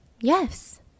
Yes